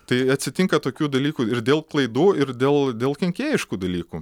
tai atsitinka tokių dalykų ir dėl klaidų ir dėl dėl kenkėjiškų dalykų